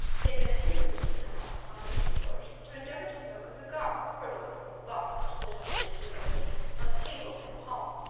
had been imprudent enough, on leaving george, to endeavour to smoke a cigar, purloined from the box which stood hospitably open on a table in the hall.